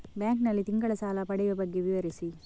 Bank ನಲ್ಲಿ ತಿಂಗಳ ಸಾಲ ಪಡೆಯುವ ಬಗ್ಗೆ ವಿವರಿಸಿ?